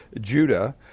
Judah